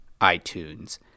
iTunes